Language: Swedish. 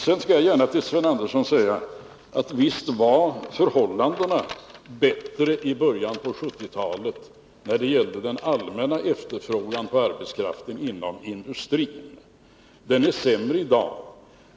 Sedan skall jag gärna till Sven Andersson säga att visst var förhållandena bättre i början av 1970-talet när det gäller den allmänna efterfrågan på arbetskraft inom industrin. Den är sämre i dag.